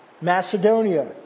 Macedonia